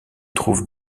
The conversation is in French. trouve